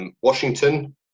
Washington